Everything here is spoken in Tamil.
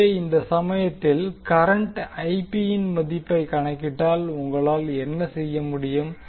எனவே இந்த சமயத்தில் கரண்ட் Ip ன் மதிப்பை கணக்கிட்டால் உங்களால் என்ன செய்ய முடியும்